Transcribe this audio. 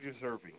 deserving